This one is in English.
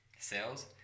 sales